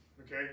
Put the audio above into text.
Okay